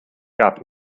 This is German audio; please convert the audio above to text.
gab